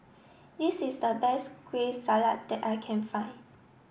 this is the best Kueh Salat that I can find